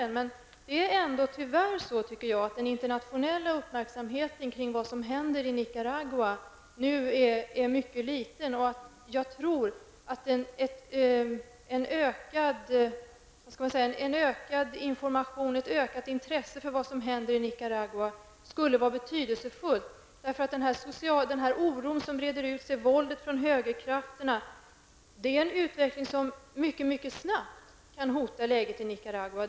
Det är tyvärr så att den internationella uppmärksamheten kring vad som händer i Nicaragua nu är mycket liten. Jag tror att en ökad information och ett ökat intresse för vad som händer i Nicaragua skulle vara betydelsefullt. Den oro som breder ut sig och våldet från högerkrafterna är en utveckling som mycket snabbt kan hota läget i Nicaragua.